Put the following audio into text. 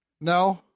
No